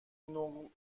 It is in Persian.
نقل